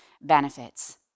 benefits